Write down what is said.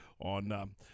on